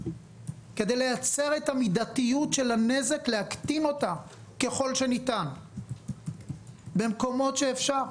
כדי לייצר את המידתיות של הנזק ולהקטין אותה ככל שניתן במקומות שאפשר.